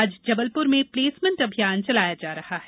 आज जबलपुर में प्लेसमेन्ट अभियान चलाया जा रहा है